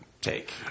take